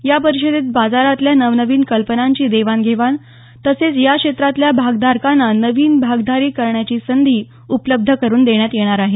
या परिषदेत बाजारातल्या नव नवीन कल्पनांची देवाणघेवाण तसंच या क्षेत्रातल्या भागधारकांना नवी भागिदारी करण्याची संधी उपलब्ध करून देण्यात येणार आहे